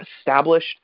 established